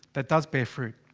that does bear fruit.